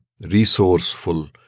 resourceful